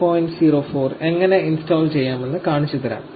04 എങ്ങനെ ഇൻസ്റ്റാൾ ചെയ്യാമെന്ന് കാണിച്ചുതരാം